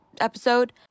episode